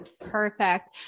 Perfect